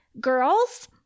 girls